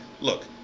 look